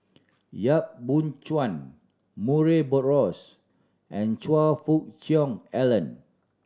Yap Boon Chuan Murray Buttrose and Choe Fook Cheong Alan